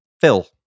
Phil